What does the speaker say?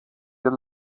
the